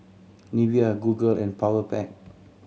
Nivea Google and Powerpac